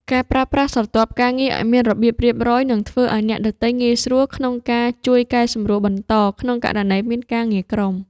ការប្រើប្រាស់ស្រទាប់ការងារឱ្យមានរបៀបរៀបរយនឹងធ្វើឱ្យអ្នកដទៃងាយស្រួលក្នុងការជួយកែសម្រួលបន្តក្នុងករណីមានការងារក្រុម។